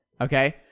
Okay